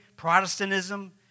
Protestantism